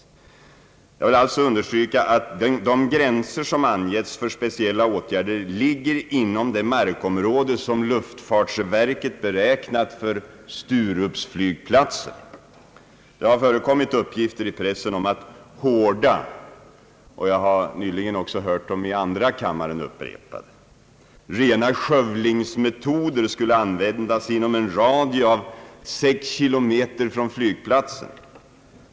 Jag vill alltså understryka att gränserna för sådana speciella åtgärder ligger inom det markområde som luftfartsverket beräknat för Sturupsflygplatsen. Det har förekommit uppgifter i pressen — och jag har nyligen hört dem upprepas i andra kammaren — om att rena skövlingsmetoder skulle användas inom en radie av 6 km från flygplatsen.